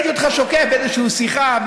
ראיתי אותך שוקע באיזושהי שיחה,